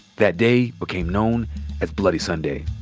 that day became known as bloody sunday.